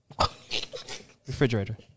Refrigerator